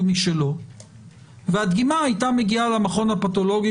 משלו והדגימה הייתה מגיעה למכון הפתולוגי,